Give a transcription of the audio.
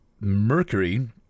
Mercury